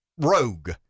rogue